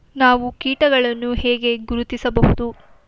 ನಾವು ಕೀಟಗಳನ್ನು ಹೇಗೆ ಗುರುತಿಸಬಹುದು?